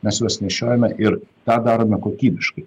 mes juos nešiojame ir tą darome kokybiškai